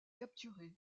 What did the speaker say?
capturé